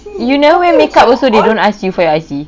you never wear makeup also they don't ask you for your I_C